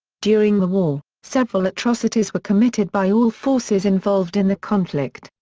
during the war, several atrocities were committed by all forces involved in the conflict.